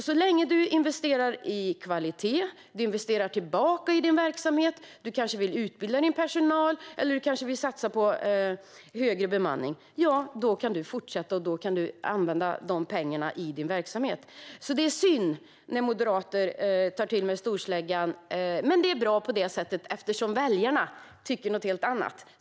Så länge man investerar i kvalitet och investerar tillbaka i sin verksamhet - man kanske vill utbilda sin personal eller satsa på högre bemanning - kan man fortsätta och använda pengarna i sin verksamhet. Det är synd när moderater tar till storsläggan, men det är bra på det sättet att väljarna tycker något helt annat.